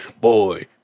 boy